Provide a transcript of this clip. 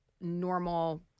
normal